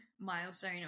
milestone